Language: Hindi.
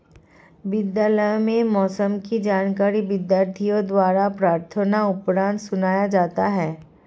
विद्यालयों में मौसम की जानकारी विद्यार्थियों द्वारा प्रार्थना उपरांत सुनाया जाता है